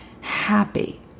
happy